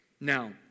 Now